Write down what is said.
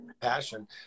passion